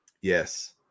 Yes